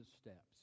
steps